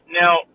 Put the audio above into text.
Now